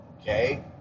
okay